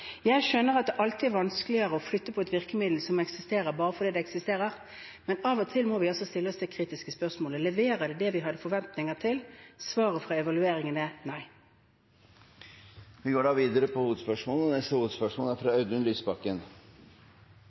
Jeg skjønner at det alltid er vanskeligere å flytte på et virkemiddel som eksisterer bare fordi det eksisterer, men av og til må vi stille oss dette kritiske spørsmålet: Leverer det det vi hadde forventninger om? Svaret fra evalueringen er nei. Vi går videre til neste hovedspørsmål.